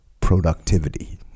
productivity